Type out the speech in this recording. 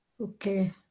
Okay